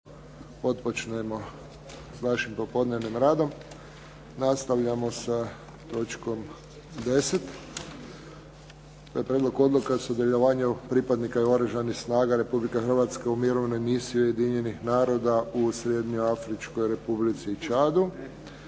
Josip (HSS)** Nastavljamo s točkom 10. - Prijedlog odluke o sudjelovanju pripadnika Oružanih snaga Republike Hrvatske u Mirovnoj misiji Ujedinjenih naroda u Srednjeafričkoj Republici i Čadu